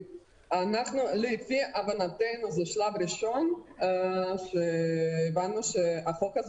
לפי הבנתנו זה שלב ראשון שהבנו שהחוק הזה